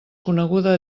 coneguda